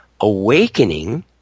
awakening